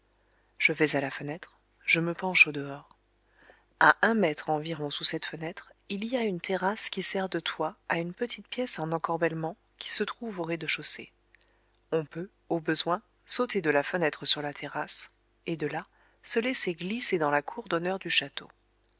je vais à la fenêtre je me penche au dehors à un mètre environ sous cette fenêtre il y a une terrasse qui sert de toit à une petite pièce en encorbellement qui se trouve au rez-de-chaussée on peut au besoin sauter de la fenêtre sur la terrasse et de là se laisser glisser dans la cour d'honneur du château